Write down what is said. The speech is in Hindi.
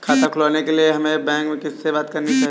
खाता खुलवाने के लिए हमें बैंक में किससे बात करनी चाहिए?